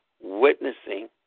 witnessing